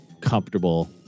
comfortable